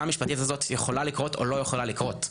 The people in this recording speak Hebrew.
המשפטית הזאת יכולה לקרות או לא יכולה לקרות.